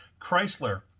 Chrysler